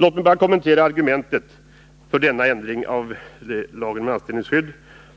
Låt mig bara kommentera argumentet för denna förändring av LAS,